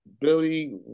Billy